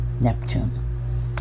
Neptune